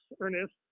Ernest